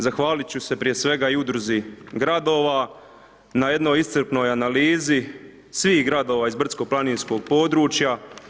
Zahvalit ću se prije svega i udruzi gradova, na jednoj iscrpnoj analizi svih gradova iz brdsko-planinskog područja.